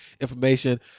information